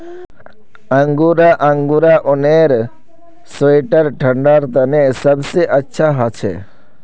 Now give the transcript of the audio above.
angora angora ऊनेर sweater ठंडा तने सबसे अच्छा हछे